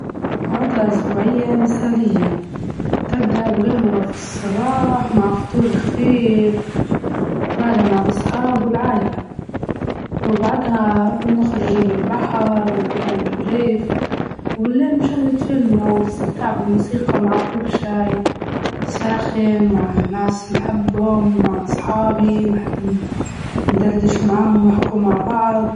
نفضل يوم الجمعة لإنه ديما نكون مع العايلة، ونمشو للمطاعم، أو نتجمعو في بيت، ونبيه يكون يوم هادي فيه جعدة حلوة مع الأهل، أوأصدقاء، و يكون في وقت للراحة وندير شي مفيد زي نجراأكتاب، أو نشاهد فيلم.